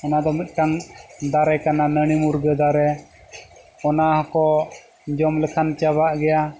ᱚᱱᱟ ᱫᱚ ᱢᱤᱫᱴᱟᱝ ᱫᱟᱨᱮ ᱠᱟᱱᱟ ᱱᱟᱹᱲᱤ ᱢᱩᱨᱜᱟᱹ ᱫᱟᱨᱮ ᱚᱱᱟ ᱦᱚᱸᱠᱚ ᱡᱚᱢ ᱞᱮᱠᱷᱟᱱ ᱪᱟᱵᱟᱜ ᱜᱮᱭᱟ